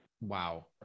Wow